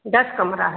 दस कमरा है